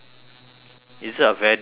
is it a very deep study